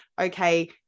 okay